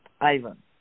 Ivan